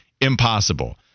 impossible